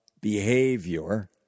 behavior